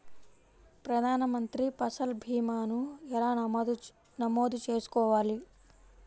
ప్రధాన మంత్రి పసల్ భీమాను ఎలా నమోదు చేసుకోవాలి?